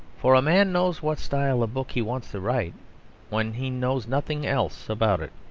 for a man knows what style of book he wants to write when he knows nothing else about it.